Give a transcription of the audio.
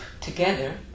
together